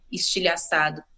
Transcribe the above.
estilhaçado